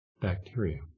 bacteria